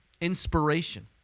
Inspiration